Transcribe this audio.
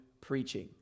preaching